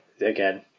Again